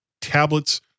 Tablets